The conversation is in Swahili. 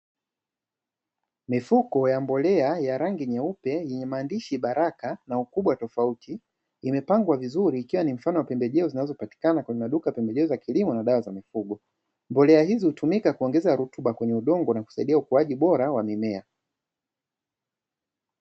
Mifuko ya mbolea ya rangi nyeupe yenye maandishi baraka na ukubwa tofauti imepangwa vizuri ikiwa ni mfano wa pembejeo zinazopatikana kwenye maduka pembejeo za kilimo na dawa za mifugo mbolea hizi hutumika kuongeza rutuba kwenye udongo na kusaidia ukuaji bora wa mimea.